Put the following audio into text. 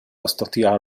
أستطيع